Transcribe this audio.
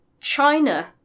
China